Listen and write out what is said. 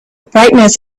brightness